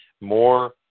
more